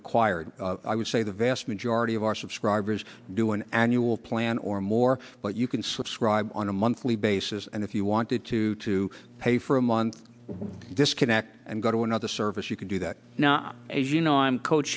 required i would say the vast majority of our subscribers do an annual plan or more but you can subscribe on a monthly basis and if you wanted to to pay for a month disconnect and go to another service you can do that not a you know i'm co ch